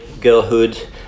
Girlhood